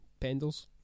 Pendles